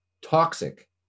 toxic